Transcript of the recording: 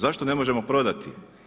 Zašto ne možemo prodati?